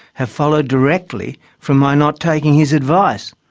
have followed directly from my not taking his advice.